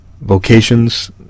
vocations